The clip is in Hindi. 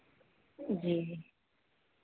जी